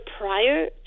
prior